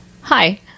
hi